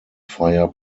fire